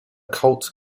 cult